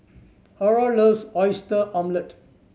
Ara loves Oyster Omelette